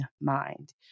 mind